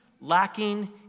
lacking